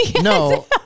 no